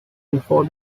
before